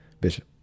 Bishop